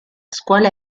scuola